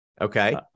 Okay